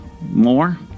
more